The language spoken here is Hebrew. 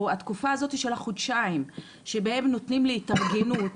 או התקופה הזאתי של החודשיים שאותם נותנים להתארגנות,